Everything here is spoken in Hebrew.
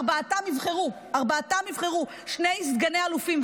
ארבעתם יבחרו שני סגני אלופים,